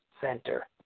center